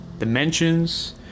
dimensions